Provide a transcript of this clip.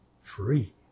free